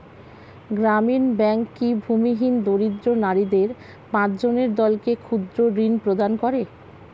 গ্রামীণ ব্যাংক কি ভূমিহীন দরিদ্র নারীদের পাঁচজনের দলকে ক্ষুদ্রঋণ প্রদান করে?